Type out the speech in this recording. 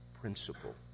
principle